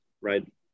right